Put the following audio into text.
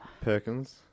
Perkins